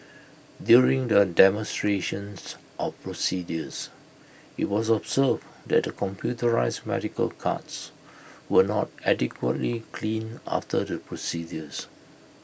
during the demonstrations of procedures IT was observed that the computerised medical carts were not adequately cleaned after the procedures